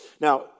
Now